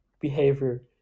behavior